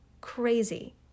crazy